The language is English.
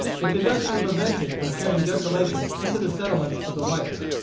and could thus be prevented from carrying desolation into the settlements of the whites.